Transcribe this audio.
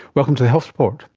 welcome to the health report.